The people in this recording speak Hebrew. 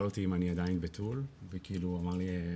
אותי אם אני עדיין בתול וכאילו הוא אמר לי,